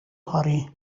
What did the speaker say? hurry